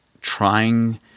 trying